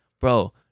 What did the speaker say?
Bro